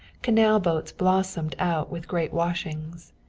canal boats blossomed out with great washings.